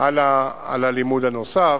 על הלימוד הנוסף.